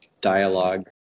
dialogue